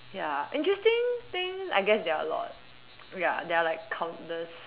ya interesting things I guess there are a lot ya there are like countless